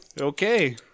Okay